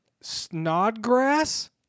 Snodgrass